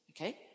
okay